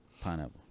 Pineapple